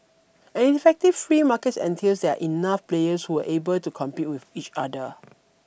an effective free market entails that enough players who will able to compete with each other